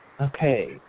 Okay